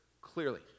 clearly